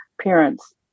parents